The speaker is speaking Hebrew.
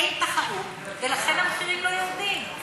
אין תחרות, ולכן המחירים לא יורדים.